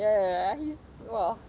ya ya ya he's !wah!